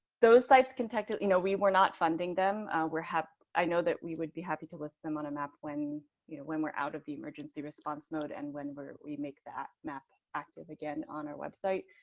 those sites can test it. you know, we were not funding them were happy. i know that we would be happy to list them on a map. when you know when we're out of the emergency response mode. and when we make that map active again on our website.